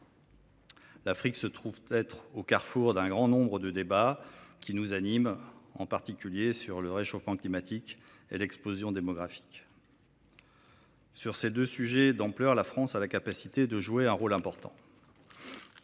L’Afrique se trouve au carrefour d’un grand nombre de débats qui nous animent, en particulier sur le réchauffement climatique et l’explosion démographique. Sur ces deux sujets d’ampleur, la France a la capacité de jouer un rôle important.